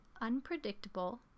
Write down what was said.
unpredictable